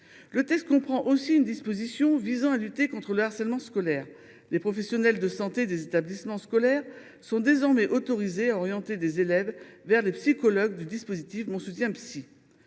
Le texte comprend aussi une disposition visant à lutter contre le harcèlement scolaire. Les professionnels de santé des établissements scolaires sont ainsi désormais autorisés à orienter des élèves vers les psychologues du dispositif #MonSoutienPsy.